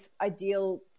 ideal